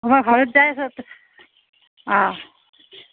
মই ঘৰোত যাই আছোঁ